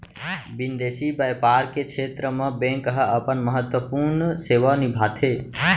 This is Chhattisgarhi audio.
बिंदेसी बैपार के छेत्र म बेंक ह अपन महत्वपूर्न सेवा निभाथे